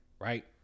right